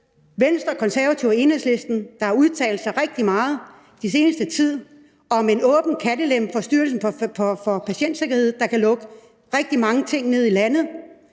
Venstre, Konservative og Enhedslisten, der har udtalt sig rigtig meget den seneste tid, mener om en åben kattelem for Styrelsen for Patientsikkerhed, der kan lukke rigtig mange ting ned i landet,